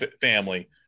family